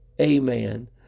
Amen